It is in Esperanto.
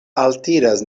altiras